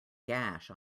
gash